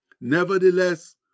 Nevertheless